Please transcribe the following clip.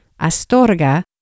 Astorga